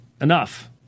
enough